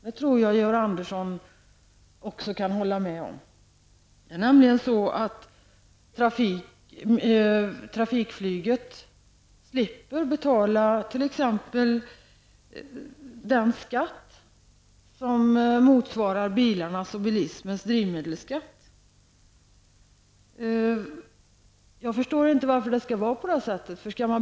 Jag tror att Georg Andersson håller med mig på den punkten. Trafikflyget t.ex. slipper betala en skatt motsvarande den som gäller för drivmedel på bilismens område. Jag förstår inte varför det skall behöva vara på det sättet.